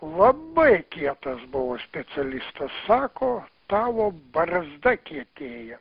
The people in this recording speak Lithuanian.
labai kietas buvo specialistas sako tavo barzda kietėja